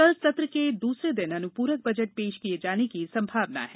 कल सत्र के दूसरे दिन अनुपूरक बजट पेश किये जाने की संभावना है